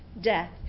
death